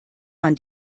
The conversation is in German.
man